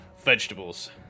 Vegetables